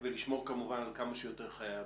ולשמור כמובן על כמה שיותר חיי אדם.